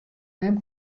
mem